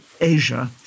Asia